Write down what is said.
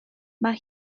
mae